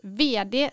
vd